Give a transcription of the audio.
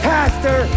Pastor